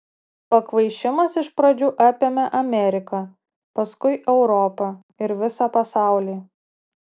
pakvaišimas iš pradžių apėmė ameriką paskui europą ir visą pasaulį